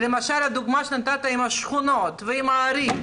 למשל הדוגמה שנתת עם השכונות ועם הערים.